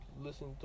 Listen